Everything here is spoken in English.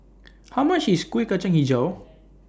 How much IS Kuih Cacang Hijau